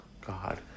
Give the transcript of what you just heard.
God